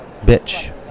bitch